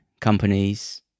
companies